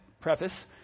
preface